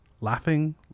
laughing